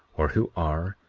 or who are,